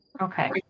Okay